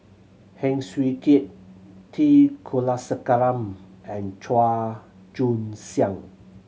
Heng Swee Keat T Kulasekaram and Chua Joon Siang